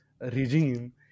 regime